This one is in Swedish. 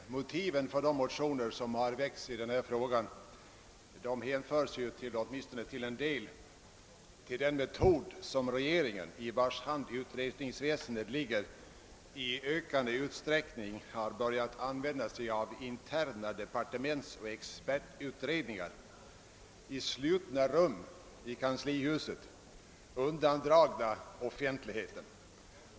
Herr talman! Motiven för de motioner som har väckts i denna fråga hänför sig åtminstone till en del till den metod som regeringen — i vars hand utredningsväsendet ligger — i ökande utsträckning använder: interna departementsoch expertutredningar i slutna rum i Kanslihuset, undandragna offentligheten.